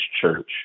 church